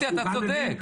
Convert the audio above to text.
הוא גם מבין.